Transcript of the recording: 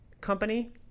company